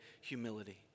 humility